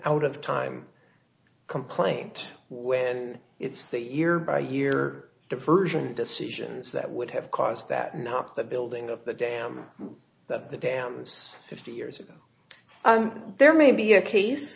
out of time complaint when it's that year by year diversion decisions that would have caused that not the building of the dam that the dams fifty years ago there may be a case